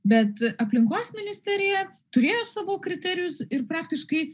bet aplinkos ministerija turėjo savo kriterijus ir praktiškai